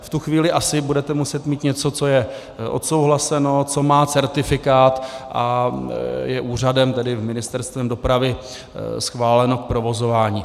V tu chvíli asi budete muset mít něco, co je odsouhlaseno, co má certifikát a je úřadem, tedy Ministerstvem dopravy, schváleno k provozování.